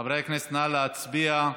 חברי הכנסת, נא להצביע.